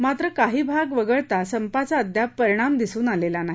मात्र काही भाग वगळता संपाचा अद्याप परिणाम दिसून आलेला नाही